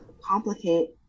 complicate